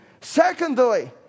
Secondly